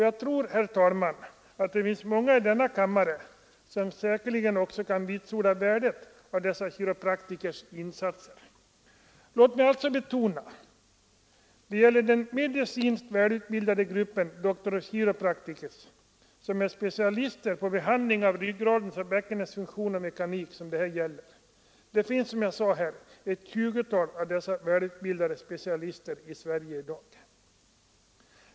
Jag tror också att det finns många i denna kammare som kan vitsorda värdet av dessa kiropraktorers insatser. Låt mig alltså betona att det här gäller den medicinskt välutbildade gruppen Doctors of Chiropractic, som är specialister på behandling av ryggradens och bäckenets funktion och mekanik. Som jag tidigare sade finns det i dag ett 20-tal av dessa väl utbildade specialister här i Sverige.